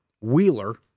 Wheeler